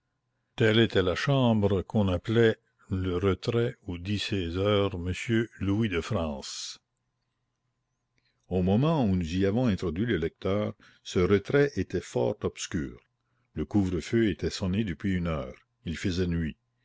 telle était la chambre qu'on appelait le retrait où dit ses heures monsieur louis de france au moment où nous y avons introduit le lecteur ce retrait était fort obscur le couvre-feu était sonné depuis une heure il faisait nuit